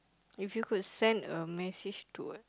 if you could send a message to a